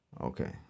Okay